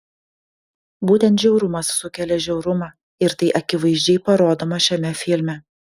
būtent žiaurumas sukelia žiaurumą ir tai akivaizdžiai parodoma šiame filme